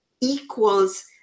equals